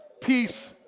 peace